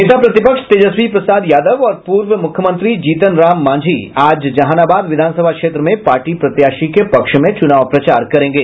नेता प्रतिपक्ष तेजस्वी प्रसाद यादव और पूर्व मुख्यमंत्री जीतन राम मांझी आज जहानाबाद विधान सभा क्षेत्र में पार्टी प्रत्याशी के पक्ष में चुनाव प्रचार करेंगे